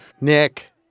Nick